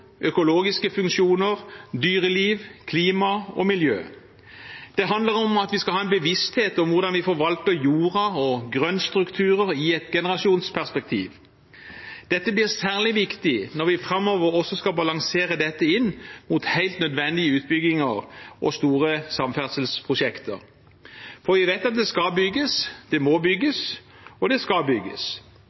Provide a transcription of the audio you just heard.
økologiske funksjoner, dyreliv, klima og miljø. Det handler om at vi skal ha en bevissthet om hvordan vi forvalter jorda og grøntstrukturer i et generasjonsperspektiv. Dette blir særlig viktig når vi framover også skal balansere dette inn mot helt nødvendige utbygginger og store samferdselsprosjekter. Vi vet at det skal bygges. Det må bygges, og det skal bygges,